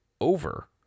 over